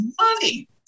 money